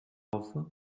love